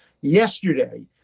yesterday